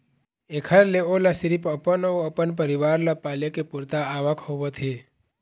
एखर ले ओला सिरिफ अपन अउ अपन परिवार ल पाले के पुरता आवक होवत हे